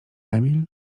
emil